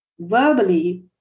verbally